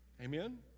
Amen